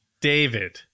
David